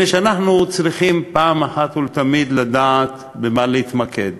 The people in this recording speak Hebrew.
אנחנו צריכים אחת ולתמיד לדעת במה להתמקד